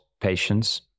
patience